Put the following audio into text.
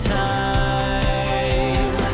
time